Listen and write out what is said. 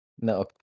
No